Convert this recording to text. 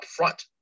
upfront